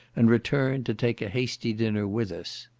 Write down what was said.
and returned, to take a hasty dinner with us.